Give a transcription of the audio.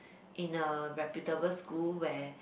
in a reputable school where